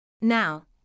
Now